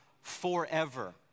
forever